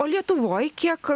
o lietuvoj kiek